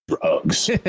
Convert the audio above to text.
drugs